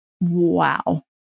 wow